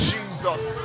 Jesus